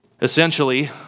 Essentially